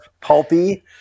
pulpy